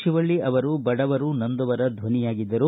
ಶಿವಳ್ಳಿ ಅವರು ಬಡವರು ನೊಂದವರ ಧ್ವನಿಯಾಗಿದ್ದರು